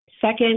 Second